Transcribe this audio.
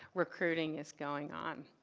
recruiting is going on.